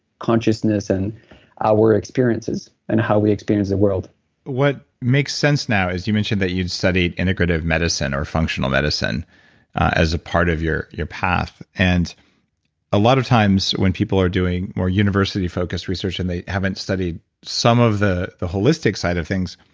consciousness, and our experiences and how we experience the world what makes sense now is you mentioned that you studied integrative medicine or functional medicine as a part of your your path. and a lot of times when people are doing more university-focused research and they haven't studied some of the the holistic sort of things,